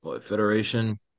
federation